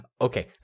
Okay